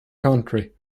country